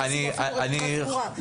אפילו רשימה סגורה.